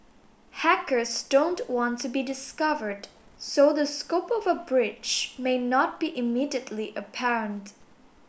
hackers don't want to be discovered so the scope of a breach may not be immediately apparent